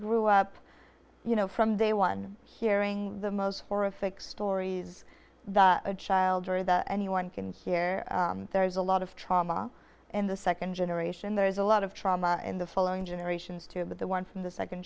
grew up you know from day one hearing the most horrific stories that a child or that anyone can hear there's a lot of trauma in the second generation there's a lot of trauma in the following generations too but the one from the second